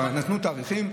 כבר נתנו תאריכים.